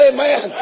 Amen